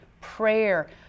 prayer